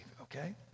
okay